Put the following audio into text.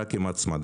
רק עם הצמדה.